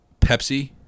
Pepsi